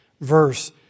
verse